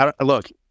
look